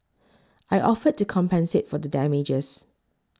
I offered to compensate for the damages